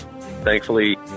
thankfully